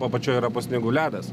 o apačioj yra po sniegu ledas